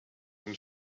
and